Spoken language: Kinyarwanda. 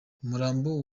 umurambo